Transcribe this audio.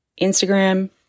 Instagram